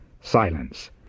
silence